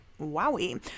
Wowie